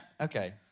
Okay